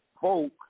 folk